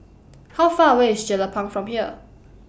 How Far away IS Jelapang from here